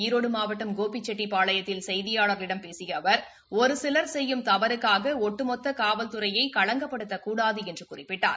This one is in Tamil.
ஈரோடு மாவட்டம் கோபிச்செட்டிப்பாளையத்தில் செய்தியாளர்களிடம் பேசிய அவர் ஒரு சிவர் செய்யும் தவறுக்காக ஒட்டுமொத்த காவல்துறையை களங்கப்படுத்தக்கூடாது என்று குறிப்பிட்டார்